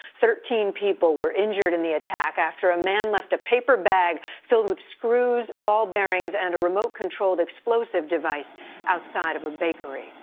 thirteen people were injured in the attack after a man left a paper bag filled with screws, ball bearings and a remote control explosive device outside of a bakery.